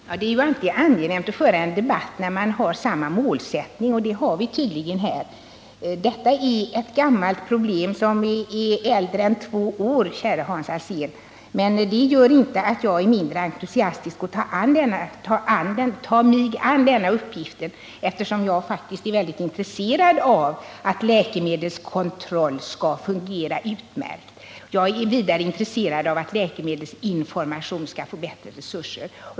Herr talman! Det är alltid angenämt att föra en debatt när man har samma målsättning, och det har vi tydligen. Detta är ett gammalt problem, som är äldre än två år, käre Hans Alsén. Men det gör inte att jag är mindre entusiastisk när det gäller att ta mig an denna uppgift — eftersom jag faktiskt är väldigt intresserad av att läkemedelskontrollen skall fungera utmärkt. Jag är vidare intresserad av att läkemedelsinformationen skall få bättre resurser.